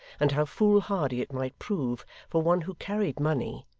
and how foolhardy it might prove for one who carried money,